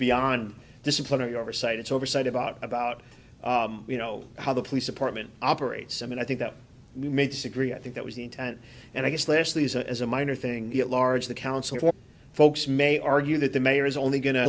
beyond disciplinary oversight its oversight about about you know how the police department operates and i think that we may disagree i think that was the intent and i guess lastly as a as a minor thing it large the council for folks may argue that the mayor is only go